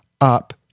up